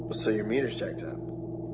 so your meter's jacked up.